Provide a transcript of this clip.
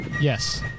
Yes